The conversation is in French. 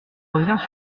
reviens